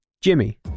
Jimmy